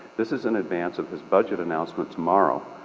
this is in advance of his budget announcement tomorrow.